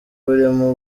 burimo